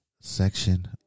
section